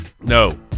No